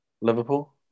Liverpool